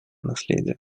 наследия